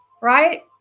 right